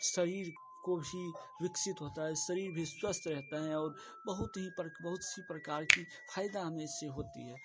शरीर को ही विकसित होता है शरीर में स्वस्थ रहता है और बहुत ही पर बहुत सी प्रकार की फ़ायदा हमेशा होती है